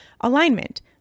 alignment